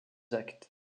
actes